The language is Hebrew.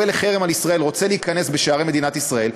לחרם על ישראל ורוצה להיכנס בשערי מדינת ישראל,